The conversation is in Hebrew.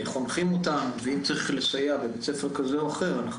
חונכים אותם ואם צריך לסייע בבית ספר כזה או אחר אנחנו